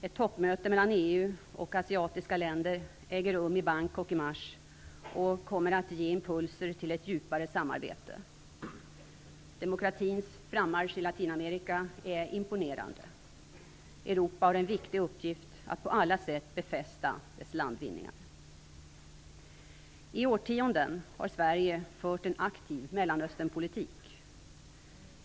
Ett toppmöte mellan EU och asiatiska länder äger rum i Bangkok i mars och kommer att ge impulser till ett djupare samarbete. Demokratins frammarsch i Latinamerika är imponerande. Europa har en viktig uppgift att på alla sätt befästa dessa landvinningar. I årtionden har Sverige fört en aktiv Mellanösternpolitik.